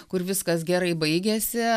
kur viskas gerai baigiasi